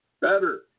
Better